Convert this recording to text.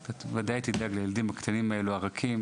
אתה ודאי תדאג לילדים הקטנים והרכים.